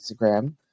Instagram